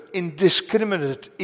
indiscriminate